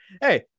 hey